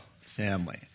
family